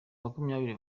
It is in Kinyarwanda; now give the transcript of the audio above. makumyabiri